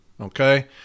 okay